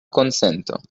konsento